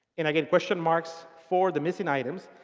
and i get question marks for the missing items.